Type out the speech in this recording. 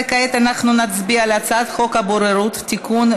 כעת אנחנו נצביע על הצעת חוק הבוררות (תיקון,